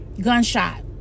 gunshot